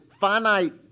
finite